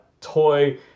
toy